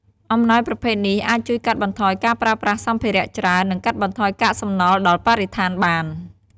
អំណោយប្រភេទនេះ អាចជួយកាត់បន្ថយការប្រើប្រាស់សម្ភារៈច្រើន និងកាត់បន្ថយកាកសំណល់ដល់បរិស្ថានបាន។